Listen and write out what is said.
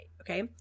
Okay